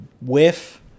whiff